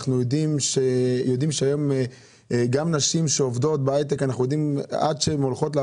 אנחנו יודעים שהיום גם נשים עובדות בהיי-טק, ואגב,